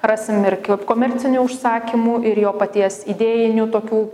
rasim ir komercinių užsakymų ir jo paties idėjinių tokių